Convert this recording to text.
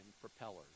propellers